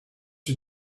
you